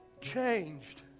changed